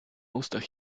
ustach